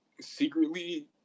secretly